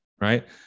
right